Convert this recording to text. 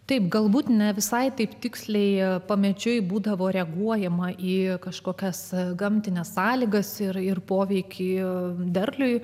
taip galbūt ne visai taip tiksliai jie pamečiui būdavo reaguojama į kažkokias gamtines sąlygas ir ir poveikį derliui